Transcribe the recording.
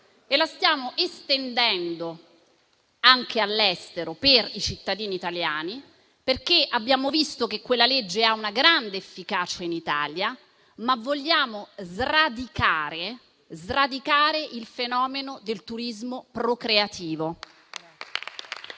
e la stiamo estendendo anche all'estero per i cittadini italiani. Abbiamo visto che la legge vigente ha una grande efficacia in Italia, ma vogliamo sradicare il fenomeno del turismo procreativo.